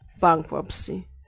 bankruptcy